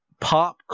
Pop